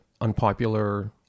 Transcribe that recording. unpopular